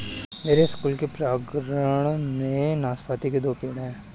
मेरे स्कूल के प्रांगण में नाशपाती के दो पेड़ हैं